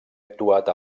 actuat